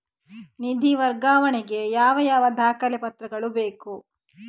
ನಿಧಿ ವರ್ಗಾವಣೆ ಗೆ ಯಾವ ಯಾವ ದಾಖಲೆ ಪತ್ರಗಳು ಬೇಕು?